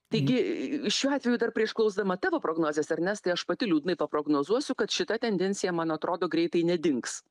taigi šiuo atveju dar prieš klausdama tavo prognozės ernestai aš pati liūdnai paprognozuosiu kad šita tendencija man atrodo greitai nedings